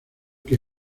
que